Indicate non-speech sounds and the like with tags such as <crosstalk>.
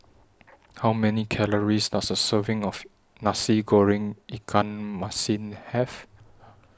<noise> How Many Calories Does A Serving of Nasi Goreng Ikan Masin Have